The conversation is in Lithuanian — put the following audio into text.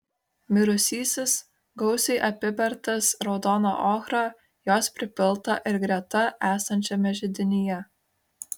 mirusysis gausiai apibertas raudona ochra jos pripilta ir greta esančiame židinyje